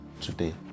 today